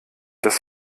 das